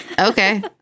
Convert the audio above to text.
okay